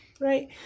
right